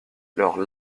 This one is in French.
leurs